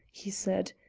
he said,